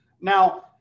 Now